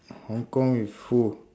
hong kong with who